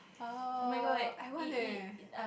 oh I want eh